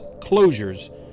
closures